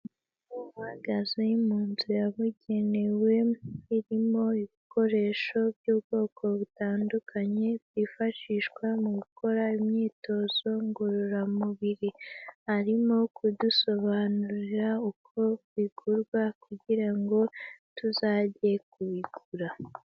Umugabo uhagaze mu nzu yababugenewe, irimo ibikoresho by'ubwoko butandukanye byifashishwa mu gukora imyitozo ngororamubiri, arimo kudusobanurira uko bigurwa kugira ngo tuzajye kubigura.